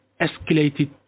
escalated